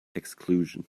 exclusion